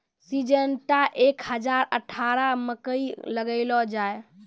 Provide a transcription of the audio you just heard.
Syngenta एक हजार अठारह मकई लगैलो जाय?